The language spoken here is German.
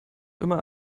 immer